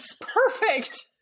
Perfect